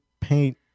paint